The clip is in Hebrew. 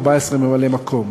14 ממלאי-מקום.